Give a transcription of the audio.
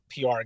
PR